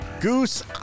Goose